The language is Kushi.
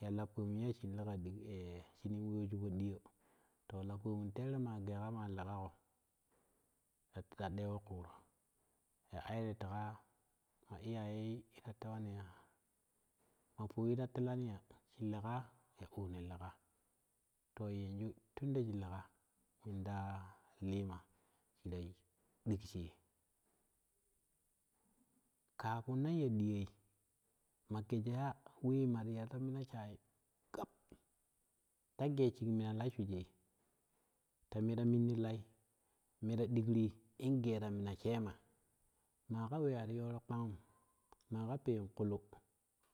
ya lapomun ye shim lega dig yee shinii yooju poɗiyo to kpomun teere maa geega maa legage ta ta ɗewo kuuro ya ai ye tega ma iyaye ta tewani yaa matowi ta telani ya shi legaa oo ne lega to yanju tunde shi lega munda liima shifa ɗig shii kaa punnang ya ɗiyai ma gasshha wee mati ya ta mini na shai kap ta jee shig mina la shijui ta me ta me ta ninnu lat meta ɗigrum in gee ta mina shee ma maa ka wee ti yooro kpangum maa ka peen kuulu.